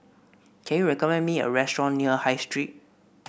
can you recommend me a restaurant near High Street